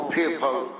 People